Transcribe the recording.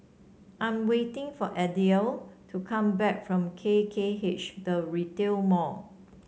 I'm waiting for Adelia to come back from K K H The Retail Mall